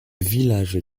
village